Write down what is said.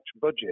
budget